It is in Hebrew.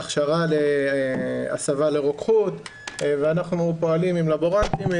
הסבה לרוקחות ואנחנו פועלים עם לבורנטים.